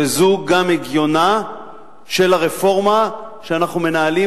וזה גם הגיונה של הרפורמה שאנחנו מנהלים